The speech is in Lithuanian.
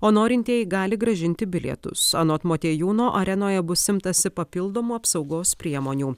o norintieji gali grąžinti bilietus anot motiejūno arenoje bus imtasi papildomų apsaugos priemonių